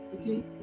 okay